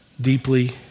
deeply